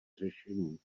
řešení